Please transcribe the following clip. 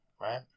Right